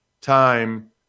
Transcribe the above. time